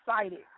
excited